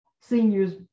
seniors